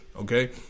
okay